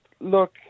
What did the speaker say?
Look